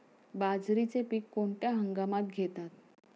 बाजरीचे पीक कोणत्या हंगामात घेतात?